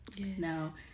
Now